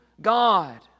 God